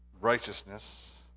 righteousness